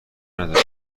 ندارم